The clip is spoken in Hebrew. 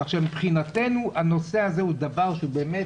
כך שמבחינתנו הנושא הזה הוא דבר שבאמת